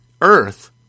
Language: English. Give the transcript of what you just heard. Earth